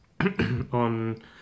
on